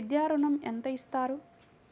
విద్యా ఋణం ఎంత ఇస్తారు?